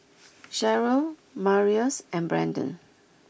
Sharyl Marius and Branden